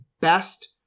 best